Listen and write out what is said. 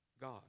God